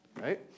right